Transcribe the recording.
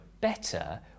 better